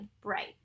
bright